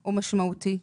הוא משמעותי.